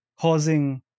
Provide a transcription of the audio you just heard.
causing